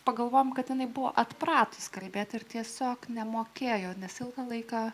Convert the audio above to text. pagalvojome kad jinai buvo atpratusi kalbėti ir tiesiog nemokėjo nes ilgą laiką